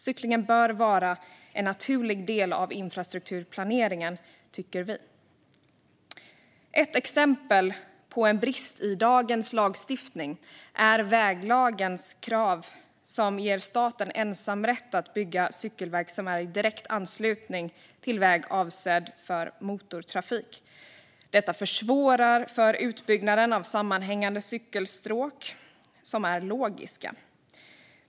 Cyklingen bör vara en naturlig del av infrastrukturplaneringen, tycker vi. Ett exempel på en brist i dagens lagstiftning är väglagens krav, som ger staten ensamrätt att bygga cykelväg som är i direkt anslutning till väg avsedd för motortrafik. Detta försvårar för utbyggnaden av sammanhängande cykelstråk som är logiska.